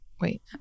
Wait